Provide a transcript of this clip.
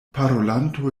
parolanto